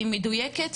היא מדויקת?